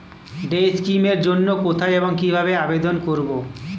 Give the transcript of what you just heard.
Day scheme এর জন্য কোথায় এবং কিভাবে আবেদন করব?